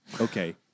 Okay